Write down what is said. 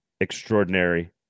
extraordinary